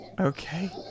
Okay